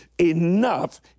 enough